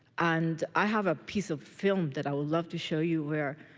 and i have a piece of film that i would love to show you, where